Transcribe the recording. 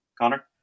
Connor